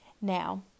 Now